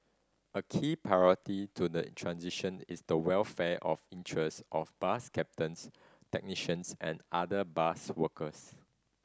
a key priority to the transition is the welfare of interest of bus captains technicians and other bus workers